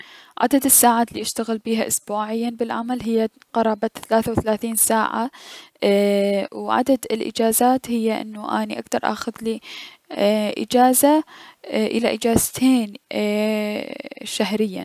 عدد الساعات الي اشتغل بيها اسبوعيا بالعمل هي بقرابة ثلاثة و ثلاثين ساعة و عدد الأجازات هي انو اني اكدر اخذلي اجازة الى اجازتين ايي- شهريا.